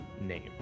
name